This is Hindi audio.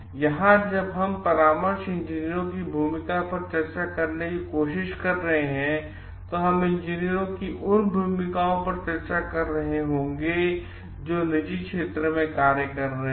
यहां जब हम परामर्श इंजीनियरों की भूमिका पर चर्चा करने की कोशिश कर रहे हैं हम इंजीनियरों की उन भूमिकाओं पर चर्चा कर होंगे रहे होंगे जो निजी छेत्रों में कार्य कर रहे है